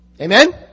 Amen